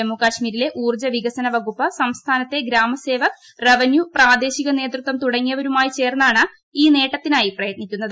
ജമ്മുകാശ്മീരിലെ ഊർജ്ജ വികസന വകുപ്പ് സംസ്ഥാനത്തെ ഗ്രാമസേവക് റവന്യൂ പ്രാദേശിക നേതൃത്വം തുടങ്ങിയവയുമായി ചേർന്നാണ് ഈ നേട്ടത്തിനായി പ്രയത്നിക്കുന്നത്